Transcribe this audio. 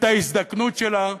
את ההזדקנות שלה,